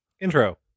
intro